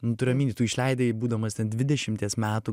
nu turiu omeny tu išleidai būdamas ten dvidešimties metų